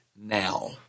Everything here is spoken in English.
Now